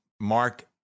mark